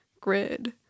grid